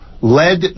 led